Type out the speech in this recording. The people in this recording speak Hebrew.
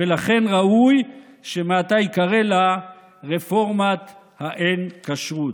ולכן ראוי שמעתה ייקרא לה "רפורמת האין-כשרות".